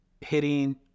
hitting